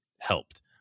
helped